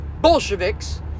Bolsheviks